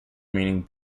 meaning